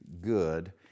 good